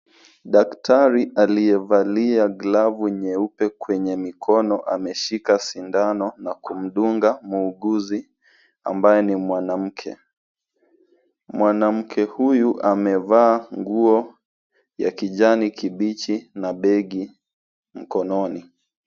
Daktari aliyevalia glavu nyeupe kwenye mikono ameshika sindano na kumdunga muuguzi ambaye ni mwanamke. Mwanamke huyu amevaa nguo ya kijani kibichi na begi mkononi.